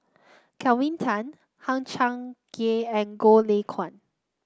Kelvin Tan Hang Chang Chieh and Goh Lay Kuan